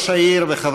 חבר